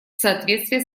соответствие